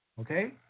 Okay